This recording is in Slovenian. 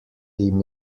jim